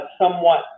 somewhat